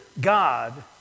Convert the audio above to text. God